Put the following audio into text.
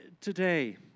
Today